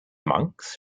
monks